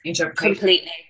completely